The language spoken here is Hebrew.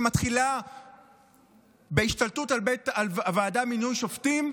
שמתחילה בהשתלטות על הוועדה למינוי שופטים,